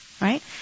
right